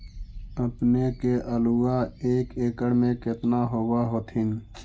अपने के आलुआ एक एकड़ मे कितना होब होत्थिन?